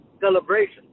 celebration